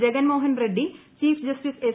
Jagan Mohan Reddy chief justice S